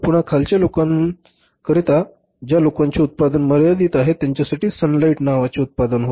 पुन्हा खालच्या लोकांकरिता ज्या लोकांचे उत्पन्न मर्यादित असते त्यांच्यासाठी सनलाईट नावाचे उत्पादन होते